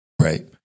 Right